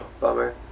bummer